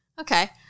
Okay